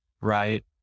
right